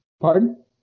Pardon